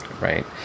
right